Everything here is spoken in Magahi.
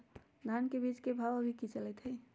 धान के बीज के भाव अभी की चलतई हई?